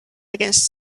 against